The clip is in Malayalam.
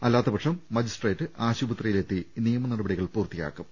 അല്ലാത്ത പക്ഷം മജിസ്ട്രേറ്റ് ആശുപത്രിയിലെത്തി നിയമനടപടികൾ പൂർത്തിയാക്കും